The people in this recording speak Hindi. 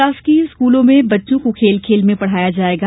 शासकीय स्कूलों में बच्चों को खेल खेल में पढ़ाया जायेगा